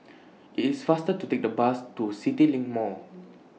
IT IS faster to Take The Bus to CityLink Mall